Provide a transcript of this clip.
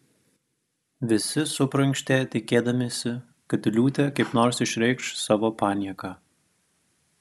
visi suprunkštė tikėdamiesi kad liūtė kaip nors išreikš savo panieką